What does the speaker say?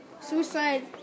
Suicide